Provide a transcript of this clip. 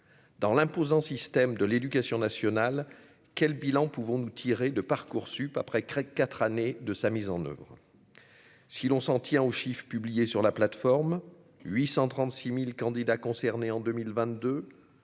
dans l'imposant système de l'éducation nationale, quel bilan pouvons-nous tirer de Parcoursup après Craig 4 années de sa mise en oeuvre, si l'on s'en tient au chiffre publié sur la plateforme 836000 candidats concernés en 2022